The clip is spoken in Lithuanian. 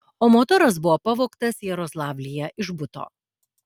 o motoras buvo pavogtas jaroslavlyje iš buto